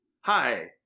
hi